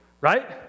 right